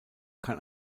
kann